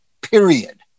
period